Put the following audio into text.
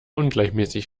ungleichmäßig